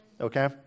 Okay